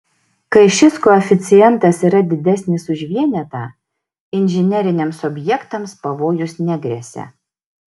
kai šis koeficientas yra didesnis už vienetą inžineriniams objektams pavojus negresia